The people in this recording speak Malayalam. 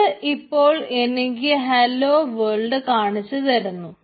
ഇത് ഇപ്പോൾ എനിക്ക് ഹലോ വേൾഡ് എന്ന് കാണിച്ചു തരുന്നു